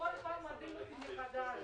עובדים על התקנות.